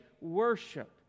worship